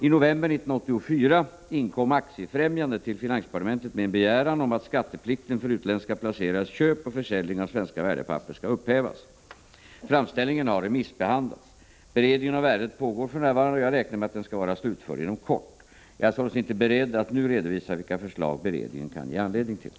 I november 1984 inkom Aktiefrämjandet till finansdepartementet med en begäran om att skatteplikten för utländska placerares köp och försäljning av svenska värdepapper skall upphävas. Framställningen har remissbehandlats. Beredningen av ärendet pågår för närvarande, och jag räknar med att den skall vara slutförd inom kort. Jag är inte beredd att nu redovisa vilka förslag beredningen kan ge anledning till.